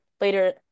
later